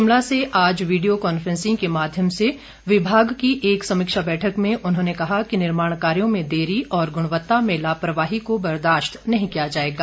शिमला से आज video conferencing के माध्यम से विभाग की एक समीक्षा बैठक में उन्होंने कहा कि निर्माण कार्यों में देरी और गुणवत्ता में लापरवाही को बर्दाशत नहीं किया जाएगा